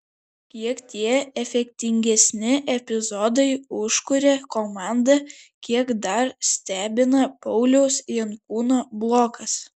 kiek tie efektingesni epizodai užkuria komandą kiek dar stebina pauliaus jankūno blokas